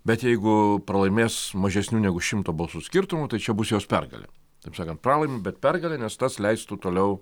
bet jeigu pralaimės mažesniu negu šimto balsų skirtumu tai čia bus jos pergalė taip sakant pralaimi bet pergalė nes tas leistų toliau